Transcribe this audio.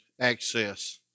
access